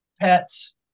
Pets